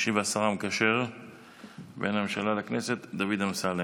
ישיב השר המקשר בין הממשלה לכנסת דוד אמסלם.